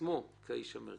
עצמו כאיש המרכזי.